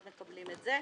מקבלים את זה.